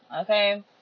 Okay